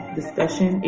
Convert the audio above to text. discussion